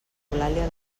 eulàlia